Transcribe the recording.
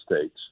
States